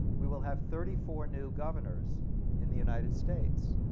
we will have thirty four new governors in the united states.